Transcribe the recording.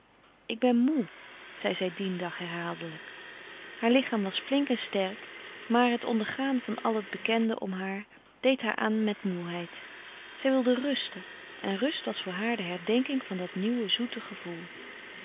eeden van de koele meren des doods haaldelijk haar lichaam was flink en sterk maar het ondergaan van al het bekende om haar deed haar aan met moeheid zij wilde rusten en rust was voor haar de herdenking van dat nieuwe zoete gevoel